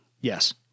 Yes